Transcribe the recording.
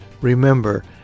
Remember